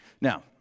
Now